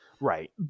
right